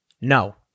No